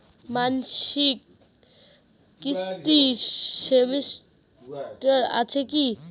মাসিক কিস্তির সিস্টেম আছে কি?